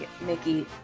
mickey